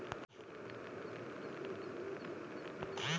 आयकर के प्रशासन के लिये सी.बी.डी.टी समय समय पर नियमावली तैयार करता है